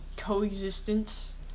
coexistence